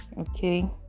Okay